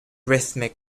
rhythmic